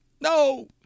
No